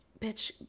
bitch